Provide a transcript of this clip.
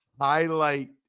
highlight